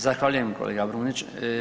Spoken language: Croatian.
Zahvaljujem kolega Brumnić.